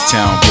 Town